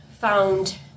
found